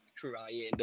Crying